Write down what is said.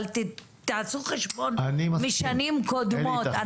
תעשו חשבון משנים קודמות,